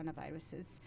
coronaviruses